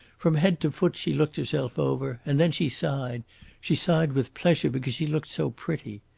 from head to foot she looked herself over, and then she sighed she sighed with pleasure because she looked so pretty.